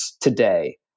today